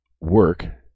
work